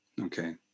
Okay